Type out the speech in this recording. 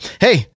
hey